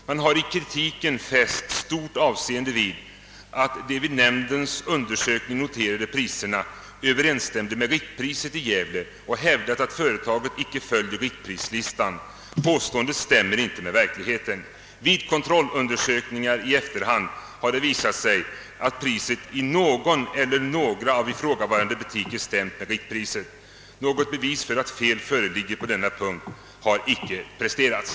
Man har i kritiken fäst stort avseende vid att de vid nämndens undersökning noterade priserna överensstämde med riktpriset i Gävle och hävdat att företaget icke följer riktprislistan. Påståendet stämmer inte med verkligheten. Vid kontrollundersökningar i efterhand har det visat sig att priset i någon eller några av ifrågavarande butiker stämt med riktpriset. Något bevis för att fel föreligger på denna punkt har icke presterats.